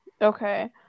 Okay